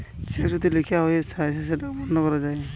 check যদি লিখা হয়ে যায় সেটাকে বন্ধ করা যায়